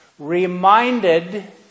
reminded